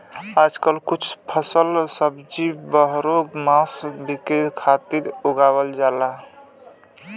आजकल कुल फल सब्जी बारहो मास बिके खातिर उगावल जाला